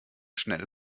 schnell